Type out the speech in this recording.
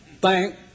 Thank